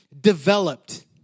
developed